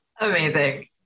amazing